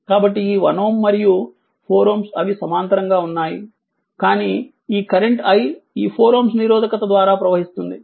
కాబట్టి ఈ 1 Ω మరియు 4 Ω అవి సమాంతరంగా ఉన్నాయి కానీ ఈ కరెంట్ i ఈ 4Ω నిరోధకత ద్వారా ప్రవహిస్తుంది